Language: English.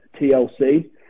TLC